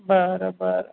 બરાબર